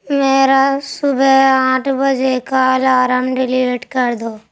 میرا صبح آٹھ بجے کا الارم ڈلیٹ کر دو